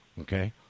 okay